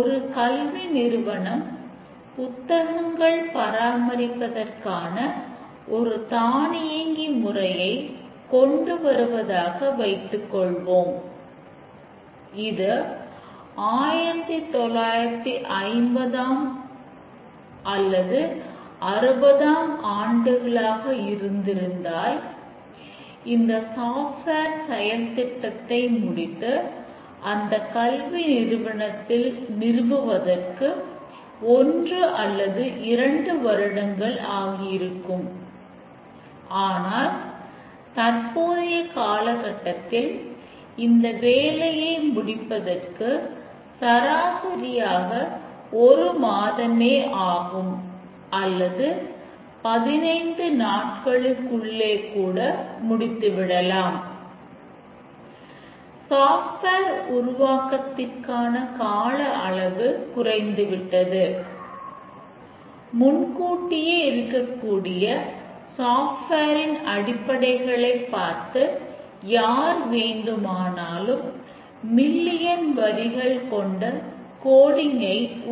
ஒரு கல்வி நிறுவனம் புத்தகங்கள் பராமரிப்பதற்காக ஒரு தானியங்கி முறையை கொண்டுவருவதாக வைத்துக் கொள்வோம் இது 1950ம் அல்லது 60ம் ஆண்டுகளாக இருந்திருந்தால் இந்த சாஃப்ட்வேர்ஐ